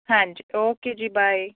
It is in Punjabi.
ਹਾਂਜੀ ਓਕੇ ਜੀ ਬਾਏ